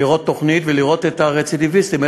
לראות תוכנית ולראות את הרצידיביסטים,